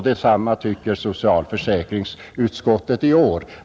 Detsamma tycker socialförsäkringsutskottet i år.